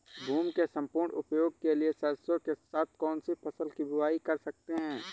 भूमि के सम्पूर्ण उपयोग के लिए सरसो के साथ कौन सी फसल की बुआई कर सकते हैं?